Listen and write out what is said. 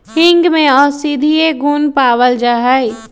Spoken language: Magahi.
हींग में औषधीय गुण पावल जाहई